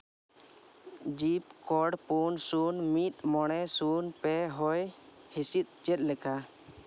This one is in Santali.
ᱡᱤᱯ ᱠᱳᱰ ᱯᱩᱱ ᱥᱩᱱ ᱢᱤᱫ ᱢᱚᱬᱮ ᱥᱩᱱ ᱯᱮ ᱦᱚᱭ ᱦᱤᱸᱥᱤᱫ ᱪᱮᱫ ᱞᱮᱠᱟ